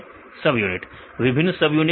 विद्यार्थी सबयूनिट विभिन्न सबयूनिट